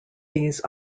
these